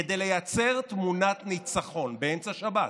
כדי לייצר תמונת ניצחון, באמצע השבת.